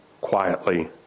quietly